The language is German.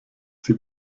sie